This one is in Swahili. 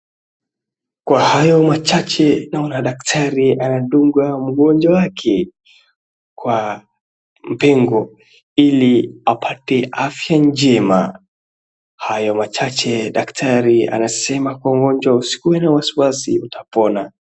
Kwa hayo machache naona daktari anadunga mgonjwa wake kwa mbingu ili apate afya njema. Hayo machache anasema kwa mgonjwa usikuwe na wasiwasi utapona.